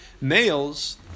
males